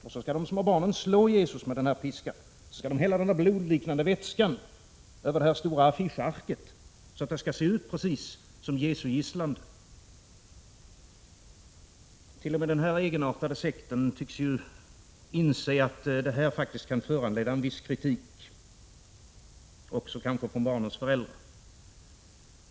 Barnen skall sedan slå Jesus med denna piska och hälla denna blodliknande vätska över detta stora affischark, så att det skall se ut precis som Jesu gisslande. T. o. m. denna egenartade sekt tycker att det här faktiskt kan föranleda en viss kritik, kanske också från barnens föräldrar.